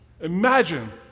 Imagine